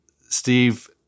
Steve